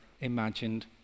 imagined